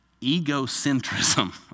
egocentrism